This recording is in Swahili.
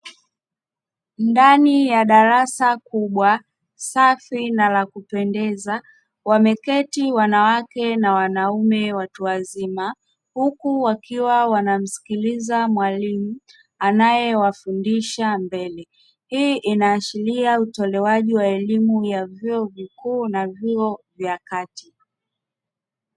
Ndani ya darasa kubwa safi na la kupendeza wameketi wanawake na wanaume watu wazima, huku wakiwa wanamsikiliza mwalimu anayewafundisha mbele. Hii inaashiria utolewaji wa elimu ya vyuo vikuu na vyuo vya kati.